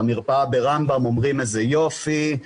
המרפאה ברמב"ם אומרים, איזה יופי.